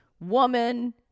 woman